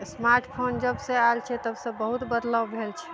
smart phone जबसँ ऐल छै तबसँ बहुत बदलाव भेल छै